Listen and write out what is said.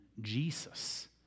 Jesus